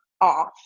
off